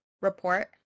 report